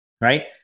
right